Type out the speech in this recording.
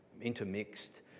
intermixed